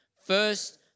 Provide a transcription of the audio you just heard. First